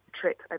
trip